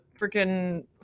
freaking